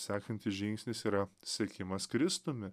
sekantis žingsnis yra sekimas kristumi